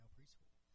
Preschool